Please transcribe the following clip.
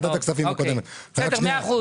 ואבוי לנו.